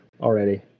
already